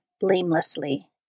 blamelessly